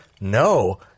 no